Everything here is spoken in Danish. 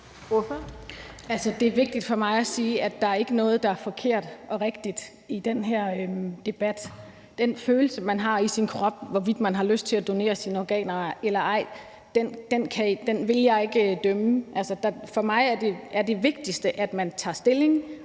Det er vigtigt for mig at sige, at der ikke er noget, der er forkert og rigtigt i den her debat. Den følelse, man har i sin krop, med hensyn til hvorvidt man har lyst til at donere sine organer eller ej, vil jeg ikke dømme om. Altså, for mig er det vigtigste, at man tager stilling,